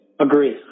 agree